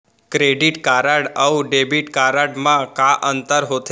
Credit card अऊ debit card मा का अंतर होथे?